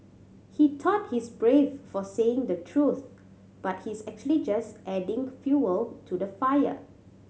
he thought he's brave for saying the truth but he's actually just adding fuel to the fire